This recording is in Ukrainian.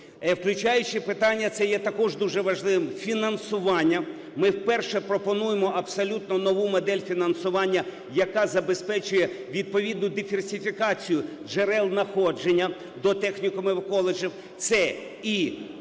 включаючи питання (це є також дуже важливим) фінансування. Ми вперше пропонуємо абсолютно нову модель фінансування, яка забезпечує відповідну диверсифікацію джерел надходження до технікумів і коледжів: це і